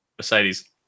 mercedes